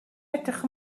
edrych